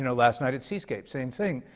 and last night at seascape, same thing,